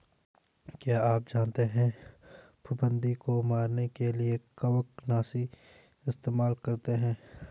क्या आप जानते है फफूंदी को मरने के लिए कवकनाशी इस्तेमाल करते है?